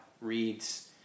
reads